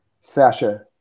Sasha